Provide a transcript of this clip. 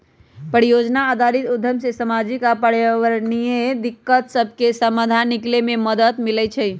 परिजोजना आधारित उद्यम से सामाजिक आऽ पर्यावरणीय दिक्कत सभके समाधान निकले में मदद मिलइ छइ